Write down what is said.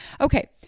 Okay